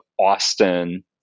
Austin